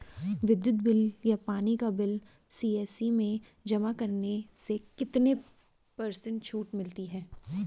विद्युत बिल या पानी का बिल सी.एस.सी में जमा करने से कितने पर्सेंट छूट मिलती है?